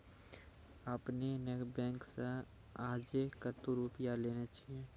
आपने ने बैंक से आजे कतो रुपिया लेने छियि?